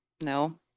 No